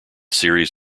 series